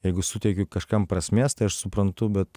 jeigu suteikiu kažkam prasmės tai aš suprantu bet